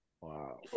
Wow